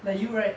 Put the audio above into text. like you right